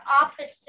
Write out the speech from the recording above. opposite